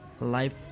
life